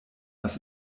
was